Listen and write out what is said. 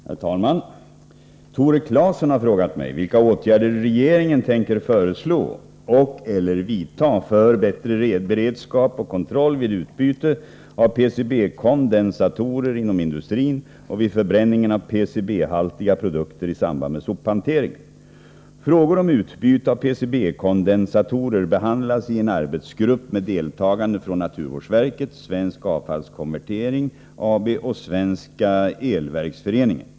Herr talman! Tore Claeson har frågat mig vilka åtgärder regeringen tänker föreslå och/eller vidta för bättre beredskap och kontroll vid utbyte av PCB-kondensatorer inom industrin och vid förbränningen av PCB-haltiga produkter i samband med sophanteringen. Frågor om utbyte av PCB-kondensatorer behandlas i en arbetsgrupp med deltagande från naturvårdsverket, Svensk Avfallskonvertering AB och Svenska elverksföreningen.